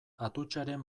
atutxaren